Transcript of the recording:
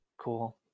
Cool